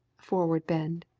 forward, bend